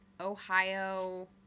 Ohio